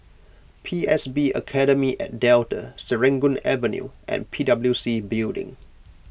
P S B Academy at Delta Serangoon Avenue and P W C Building